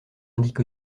indique